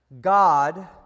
God